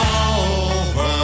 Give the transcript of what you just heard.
over